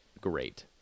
great